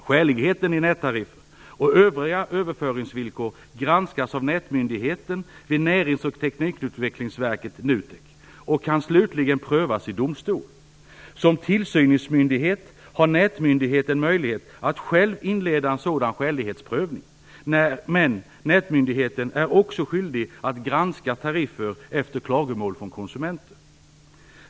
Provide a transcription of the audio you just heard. Skäligheten i nättariffer och övriga överföringsvillkor granskas av Nätmyndigheten vid Närings och teknikutvecklingsverket och kan slutligen prövas i domstol. Som tillsynsmyndighet har Nätmyndigheten möjlighet att själv inleda en sådan skälighetsprövning, men Nätmyndigheten är också skyldig att granska tariffer efter klagomål från konsumenter.